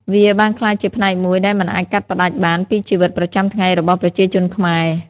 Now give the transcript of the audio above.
វាបានក្លាយជាផ្នែកមួយដែលមិនអាចកាត់ផ្តាច់បានពីជីវិតប្រចាំថ្ងៃរបស់ប្រជាជនខ្មែរ។